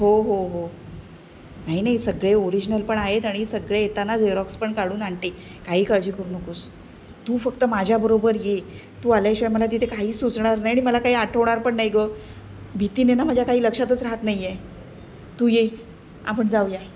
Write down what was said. हो हो हो नाही नाही सगळे ओरिजनल पण आहेत आणि सगळे येताना झेरोक्स पण काढून आणते काही काळजी करू नकोस तू फक्त माझ्याबरोबर ये तू आल्याशिवाय मला तिथे काहीच सुचणार नाही मला काही आठवणार पण नाही गं भीतीने ना माझ्या काही लक्षातच राहत नाही आहे तू ये आपण जाऊया